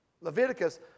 Leviticus